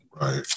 Right